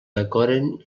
decoren